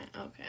Okay